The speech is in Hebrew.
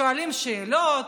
שואלים שאלות,